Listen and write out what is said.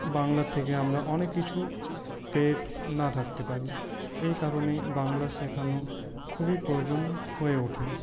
বাংলার থেকে আমরা অনেক কিছু পেয়ে না থাকতে পারি এই কারণেই বাংলা শেখানো খুবই প্রয়োজন হয়ে ওঠে